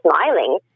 smiling